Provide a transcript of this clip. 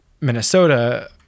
Minnesota